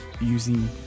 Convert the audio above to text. using